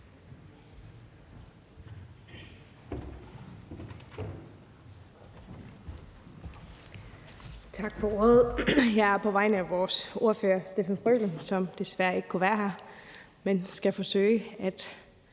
Tak for ordet. Jeg er her på vegne af vores ordfører, hr. Steffen W. Frølund, som desværre ikke kunne være her, men jeg skal forsøge at